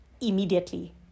immediately